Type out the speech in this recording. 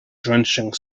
drenching